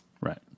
Right